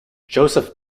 joseph